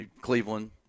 Cleveland